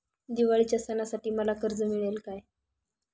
दिवाळीच्या सणासाठी मला कर्ज मिळेल काय?